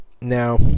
now